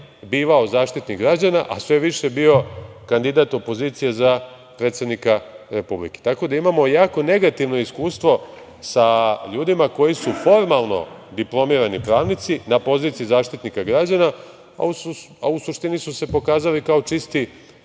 bivao Zaštitnik građana, a sve više bio kandidat opozicije za predsednika Republike. Tako da imamo jako negativno iskustvo sa ljudima koji su formalno diplomirani pravnici, na poziciji Zaštitnika građana, a u suštini su se pokazali kao čisti